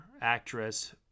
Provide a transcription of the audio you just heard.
actress